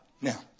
Now